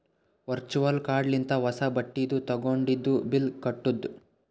virtual card ಲಿಂತ ಹೊಸಾ ಬಟ್ಟಿದು ತಗೊಂಡಿದು ಬಿಲ್ ಕಟ್ಟುದ್